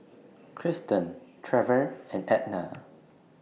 Cristen Trever and Edna